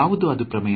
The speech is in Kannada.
ಯಾವುದು ಅದು ಪ್ರಮೇಯ